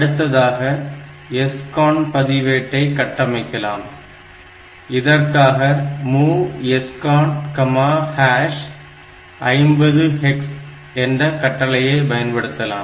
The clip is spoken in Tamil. அடுத்ததாக SCON பதிவேட்டை கட்டமைக்கலாம் இதற்காக MOV SCON50hex என்ற கட்டளையை பயன்படுத்தலாம்